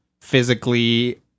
physically